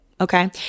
okay